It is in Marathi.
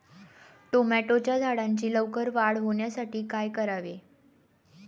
टोमॅटोच्या झाडांची लवकर वाढ होण्यासाठी काय करावे?